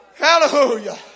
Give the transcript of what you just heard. Hallelujah